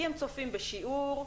כי הם צופים בשיעור,